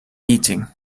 eating